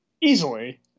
Easily